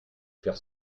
faire